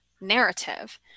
narrative